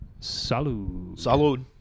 salud